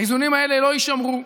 האיזונים האלה לא יישמרו.